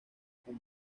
con